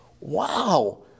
wow